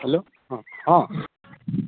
hello ହଁ